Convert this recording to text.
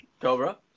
Cobra